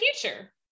future